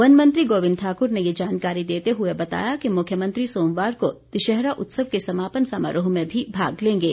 one मंत्री गोविंद ठाकुर ने ये जानकारी देते हुए बताया कि मुख्यमंत्री सोमवार को दशहरा उत्सव के समापन समारोह में भी भाग लेंगे